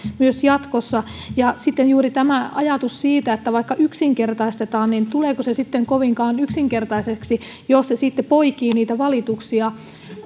myös jatkossa ja sitten juuri on tämä ajatus siitä että vaikka yksinkertaistetaan niin tuleeko se sitten kovinkaan yksinkertaiseksi jos se poikii niitä valituksia